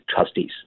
trustees